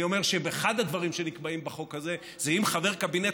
אני אומר שאחד הדברים שנקבעים בחוק הזה זה שאם חבר קבינט